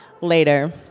later